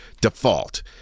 default